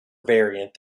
variant